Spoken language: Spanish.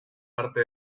parte